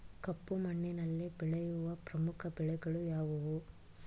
ಕಪ್ಪು ಮಣ್ಣಿನಲ್ಲಿ ಬೆಳೆಯುವ ಪ್ರಮುಖ ಬೆಳೆಗಳು ಯಾವುವು?